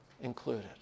included